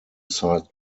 sized